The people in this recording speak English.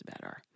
better